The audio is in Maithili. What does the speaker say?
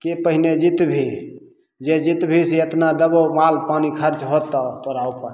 के पहिने जितबिहि जे जितबिहि से अपना दबाव माल पानि खर्च होतौ तोरा उपर